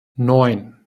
neun